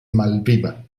malviva